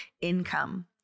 income